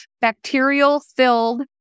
bacterial-filled